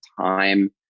time